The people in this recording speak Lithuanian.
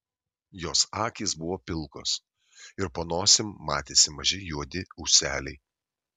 jos akys buvo pilkos ir po nosim matėsi maži juodi ūseliai